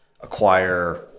acquire